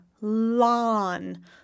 lawn